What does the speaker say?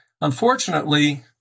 unfortunately